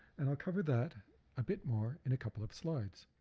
and i'll cover that a bit more in a couple of slides.